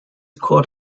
court